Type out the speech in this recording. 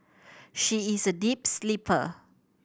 she is a deep sleeper